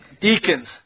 deacons